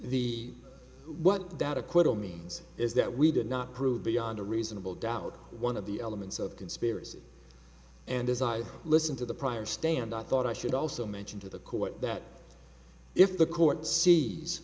acquittal means is that we did not prove beyond a reasonable doubt one of the elements of conspiracy and as i listened to the prior stand i thought i should also mention to the court that if the court see